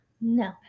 No